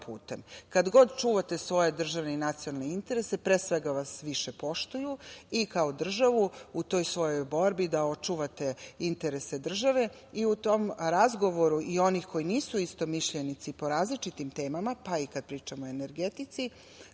Kada god čuvate svoje državne i nacionalne interese, pre svega vas više poštuju i kao državu u toj svojoj borbi da očuvate interese države i u tom razgovoru i onih koji nisu istomišljenici po različitim temama, pa i kada pričamo o energetici,